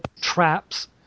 traps